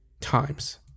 times